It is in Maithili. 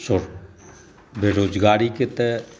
सँ बेरोजगारीकेँ तऽ